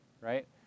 right